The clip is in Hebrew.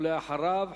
ואחריו,